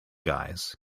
guys